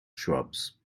shrubs